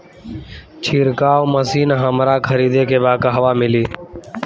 छिरकाव मशिन हमरा खरीदे के बा कहवा मिली?